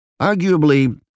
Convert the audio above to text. Arguably